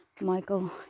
Michael